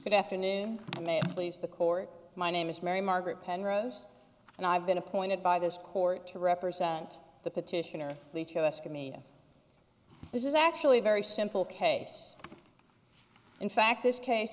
good afternoon may i please the court my name is mary margaret penrose and i've been appointed by this court to represent the petitioner each of us can mia this is actually very simple case in fact this case